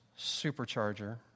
supercharger